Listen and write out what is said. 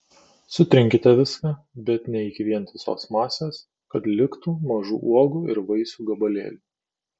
sutrinkite viską bet ne iki vientisos masės kad liktų mažų uogų ir vaisių gabalėlių